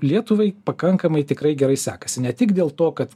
lietuvai pakankamai tikrai gerai sekasi ne tik dėl to kad